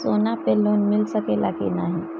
सोना पे लोन मिल सकेला की नाहीं?